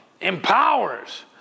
empowers